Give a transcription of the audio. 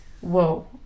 whoa